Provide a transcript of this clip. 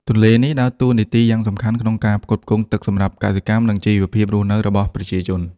ទន្លេនេះដើរតួនាទីយ៉ាងសំខាន់ក្នុងការផ្គត់ផ្គង់ទឹកសម្រាប់កសិកម្ម និងជីវភាពរស់នៅរបស់ប្រជាជន។